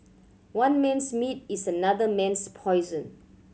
one man's meat is another man's poison